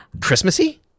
Christmassy